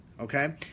okay